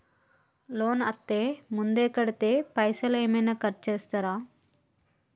Loan అత్తే ముందే కడితే పైసలు ఏమైనా కట్ చేస్తరా?